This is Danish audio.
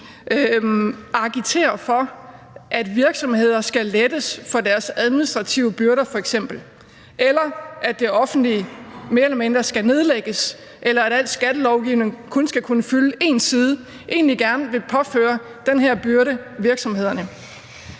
agiterer for, at virksomheder f.eks. skal lettes for deres administrative byrder, eller at det offentlige mere eller mindre skal nedlægges, eller at al skattelovgivning kun skal kunne fylde en side – egentlig gerne vil påføre virksomhederne